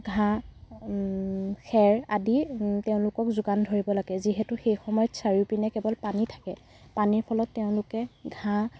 ঘাঁহ খেৰ আদি তেওঁলোকক যোগান ধৰিব লাগে যিহেতু সেইসময়ত চাৰিওপিনে কেৱল পানী থাকে পানীৰ ফলত তেওঁলোকে ঘাঁহ